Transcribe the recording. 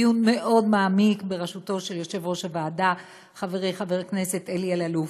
דיון מאוד מעמיק בראשותו של יושב-ראש הוועדה חברי חבר הכנסת אלי אלאלוף.